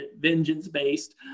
vengeance-based